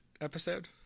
Episode